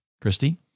Christy